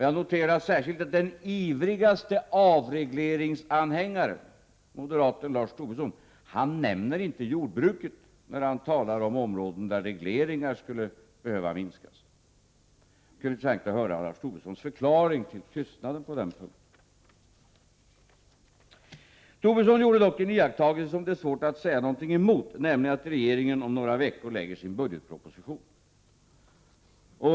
Jag noterar särskilt att den ivrigaste avregleringsanhängaren, moderaten Lars Tobisson, inte nämner jordbruket när han talar om områden där antalet regleringar skulle behöva minskas. Det kunde vara intressant att höra Lars Tobissons förklaring till tystnaden på den punkten. Tobisson gjorde dock en iakttagelse som det är svårt att säga något emot, nämligen att regeringen om några veckor lägger fram sin budgetproposition.